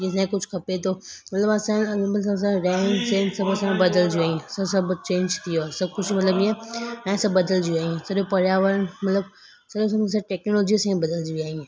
जीअं असांखे कुझु खपे थो मतिलबु असांजे रहनि रहनि सभु बदिलजी वियूं आहिनि सभु चेंज थी वियो आहे सभु कुझु मतिलबु हीअं हाणे सब बदिलजी वियूं आहिनि हेतिरे पर्यावरण मतिलबु असां सभु टेक्नोलॉजीअ सां बदिलजी विया आहियूं